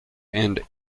and